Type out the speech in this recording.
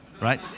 right